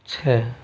छः